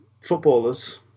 footballers